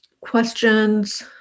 questions